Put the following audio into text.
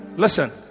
Listen